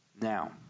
Now